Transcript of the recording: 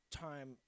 time